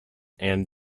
and